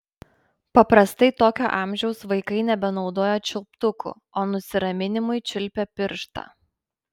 paprastai tokio amžiaus vaikai nebenaudoja čiulptukų o nusiraminimui čiulpia pirštą